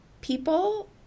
people